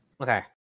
Okay